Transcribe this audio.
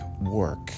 work